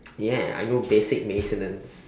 ya I know basic maintenance